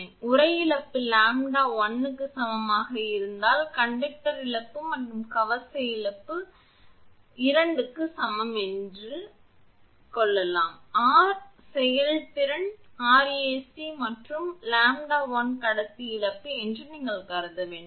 எனவே உறை இழப்பு 𝜆1 க்கு சமமாக இருந்தால் கடத்தி இழப்பு மற்றும் கவச இழப்பு ctor2 க்கு சமம் என்று கடத்தி இழப்பு எனவே ஆர் செயல்திறன் 𝑅𝑒𝑓𝑓 𝑅𝑎𝑐 க்கு சமம் மற்றும் உங்கள் 𝜆1 கடத்தி இழப்பு என்று நீங்கள் கருத வேண்டும்